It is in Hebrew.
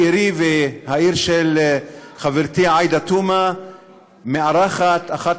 עירי והעיר של חברתי עאידה תומא מארחת אחת